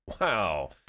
Wow